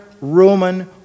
Roman